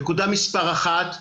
נקודה מספר אחת,